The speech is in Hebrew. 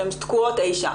שהן תקועות אי-שם.